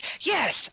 yes